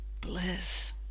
bliss